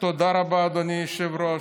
תודה רבה, אדוני היושב-ראש.